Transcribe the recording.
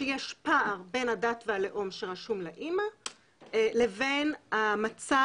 שיש פער בין הדת והלאום שרשומים לאמא לבין המצב